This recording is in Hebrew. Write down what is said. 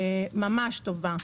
ממש טובה.